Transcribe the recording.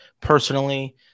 personally